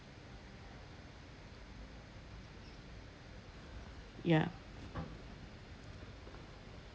ya